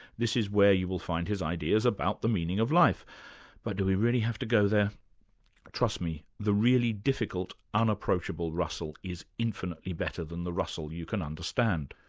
this is where you will find his ideas about the meaning of life but do we really have to go there trust me, the really difficult unapproachable russell is infinitely better than the russell you can understand.